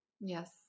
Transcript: Yes